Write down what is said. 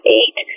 eight